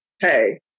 hey